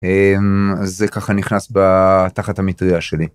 זה ככה נכנס בתחת המטריה שלי.